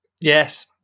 Yes